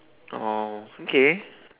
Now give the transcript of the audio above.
oh okay